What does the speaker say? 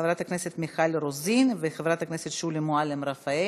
חברת הכנסת מיכל רוזין וחברת הכנסת שולי מועלם-רפאלי.